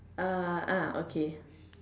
uh ah okay